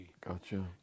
Gotcha